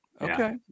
Okay